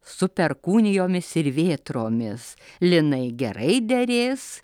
su perkūnijomis ir vėtromis linai gerai derės